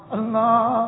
Allah